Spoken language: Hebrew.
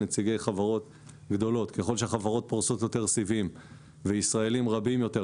נציגי חברות גדולות פורסות יותר סיבים וישראלים רבים יותר מתחברים,